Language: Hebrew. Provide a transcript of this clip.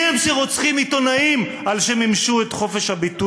מי הם שרוצחים עיתונאים על כי מימשו את חופש הביטוי?